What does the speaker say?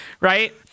Right